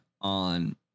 on